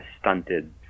stunted